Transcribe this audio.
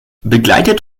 begleitet